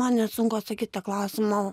man nesunku atsakyt į tą klausimą